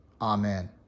amen